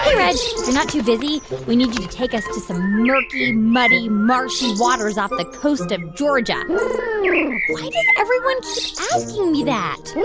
hey, reg. if you're not too busy, we need you to take us to some murky, muddy, marshy waters off the coast of georgia why does everyone keep asking me that?